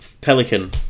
pelican